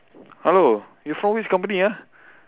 hello you from which company ah